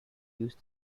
use